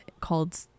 called